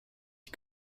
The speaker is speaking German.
die